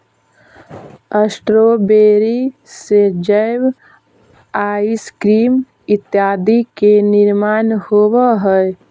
strawberry से jam, ice cream इत्यादि के निर्माण होवऽ हइ